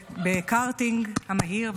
בקארטינג המהיר,